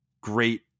great